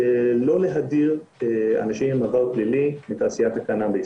לא להדיר אנשים עם עבר הפלילי מתעשיית הקנאביס.